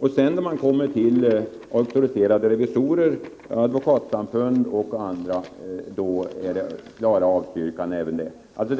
har. Föreningen Auktoriserade revisorer, Sveriges advokatsamfund och en del andra sammanslutningar har också kommit med klara